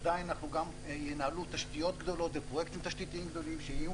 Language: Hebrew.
עדיין גם ינהלו תשתיות גדולות ופרויקטים תשתיתיים גדולים שיהיו